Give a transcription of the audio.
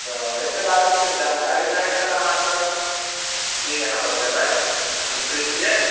तऽ ओइके बारेमे कनि जानकारी चाही छलऽ अहाँसँ कि अहाँ बतेबै एखन फ्री छियै